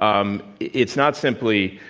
um it's not simply